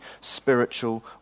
spiritual